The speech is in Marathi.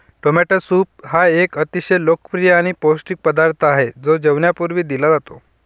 टोमॅटो सूप हा एक अतिशय लोकप्रिय आणि पौष्टिक पदार्थ आहे जो जेवणापूर्वी दिला जातो